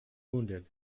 wounded